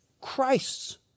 Christ's